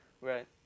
Right